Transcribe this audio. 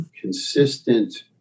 consistent